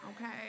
okay